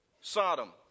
Sodom